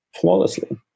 flawlessly